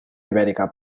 ibèrica